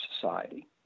society